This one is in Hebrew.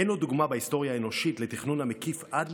אין עוד דוגמה בהיסטוריה האנושית לתכנון המקיף עד